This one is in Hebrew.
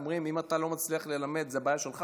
אומרים שאם אתה לא מצליח ללמד זו בעיה שלך,